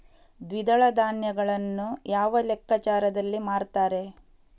ದ್ವಿದಳ ಧಾನ್ಯಗಳನ್ನು ಯಾವ ಲೆಕ್ಕಾಚಾರದಲ್ಲಿ ಮಾರ್ತಾರೆ?